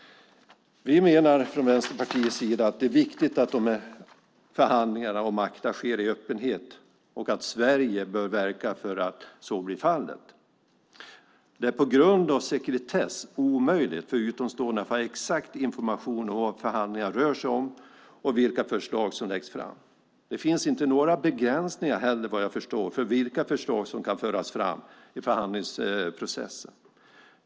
Vi menar från Vänsterpartiets sida att det är viktigt att förhandlingarna om ACTA sker i öppenhet och att Sverige bör verka för att så blir fallet. Det är på grund av sekretess omöjligt för utomstående att få exakt information om vad förhandlingarna rör sig om och vilka förslag som läggs fram. Det finns inte några begränsningar heller vad jag förstår för vilka förslag som kan föras fram i förhandlingsprocessen.